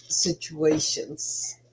situations